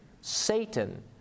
Satan